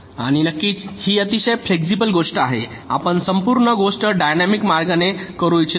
आणि नक्कीच ही अतिशय फ्लेक्सिबल गोष्ट आहे आपण संपूर्ण गोष्ट डायनॅमिक मार्गाने करू इच्छित आहोत